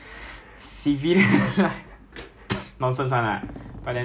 err err breakfast is usually 包 lor-mai-kai